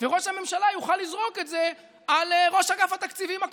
וראש הממשלה יוכל לזרוק את זה על ראש אגף התקציבים הקודם,